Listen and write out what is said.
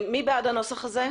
מי בעד הנוסח הזה?